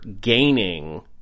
gaining